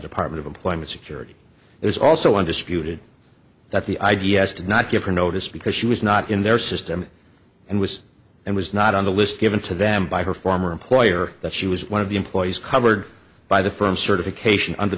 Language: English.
department of employment security is also undisputed that the i d s did not give her notice because she was not in their system and was and was not on the list given to them by her former employer that she was one of the employees covered by the firm certification under